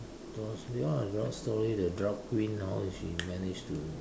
drugs they are a drug story that drug queen how did she manage to